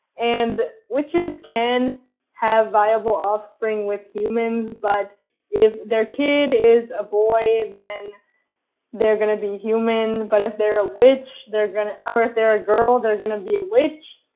and witches can have viable offspring with humans, but if their kid is a boy then they're gonna be human, but if they're a witch they're gonna, or if they're a girl they're gonna be a witch.